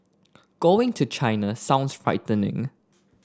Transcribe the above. going to China sounds frightening